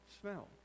smell